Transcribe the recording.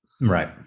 Right